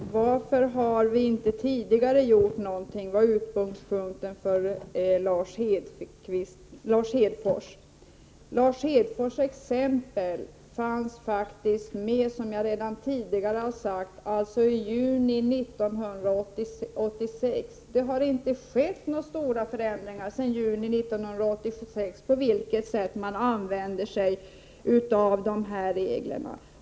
Herr talman! Varför har vi inte tidigare gjort någonting? var utgångspunkten för Lars Hedfors. Som jag redan tidigare sagt, fanns Lars Hedfors exempel med redan i juni 1986, och det har inte skett några stora förändringar sedan 1986 i fråga om sättet att använda sig av de här reglerna.